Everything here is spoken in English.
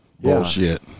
Bullshit